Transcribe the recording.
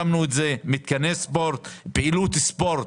מתקני ספורט, פעילות ספורט,